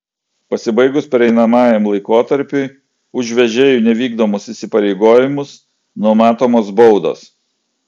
pasibaigus pereinamajam laikotarpiui už vežėjų nevykdomus įsipareigojimus numatomos baudos